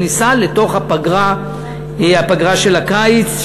כניסה לתוך הפגרה של הקיץ,